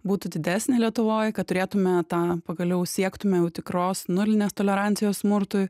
būtų didesnė lietuvoj kad turėtume tą pagaliau siektume jau tikros nulinės tolerancijos smurtui